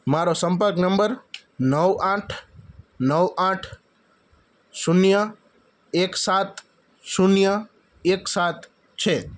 મારો સંપર્ક નંબર નવ આઠ નવ આઠ શૂન્ય એક સાત શૂન્ય એક સાત છે